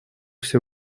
все